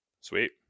Sweet